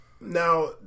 Now